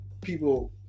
people